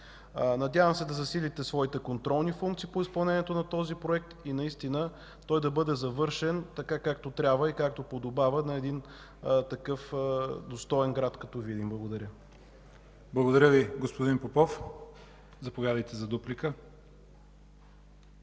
Надявам се да засилите своите контролни функции по изпълнението на този проект и наистина той да бъде завършен така, както трябва и подобава за един такъв достоен град като Видин. Благодаря. ПРЕДСЕДАТЕЛ ЯВОР ХАЙТОВ: Благодаря Ви, господин Попов. Заповядайте за дуплика,